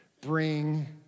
bring